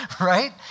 Right